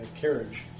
carriage